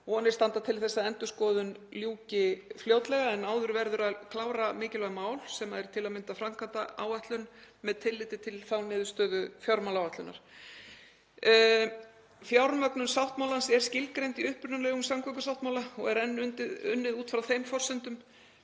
Vonir standa til þess að endurskoðun ljúki fljótlega en áður verður að klára mikilvæg mál sem eru til að mynda framkvæmdaáætlun með tilliti til niðurstöðu fjármálaáætlunar. Fjármögnun sáttmálans er skilgreind í upprunalegum samgöngusáttmála og er enn unnið út frá þeim forsendum.